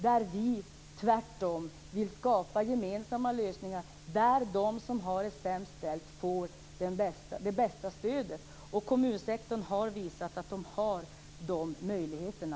Vi vill tvärtom skapa gemensamma lösningar där de som har det sämst ställt får det bästa stödet. Kommunsektorn har visat att man har de möjligheterna.